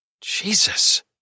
Jesus